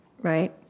right